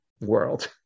world